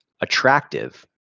attractive